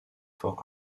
for